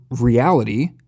Reality